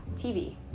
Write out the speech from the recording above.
TV